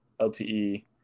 lte